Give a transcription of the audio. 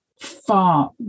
far